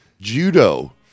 judo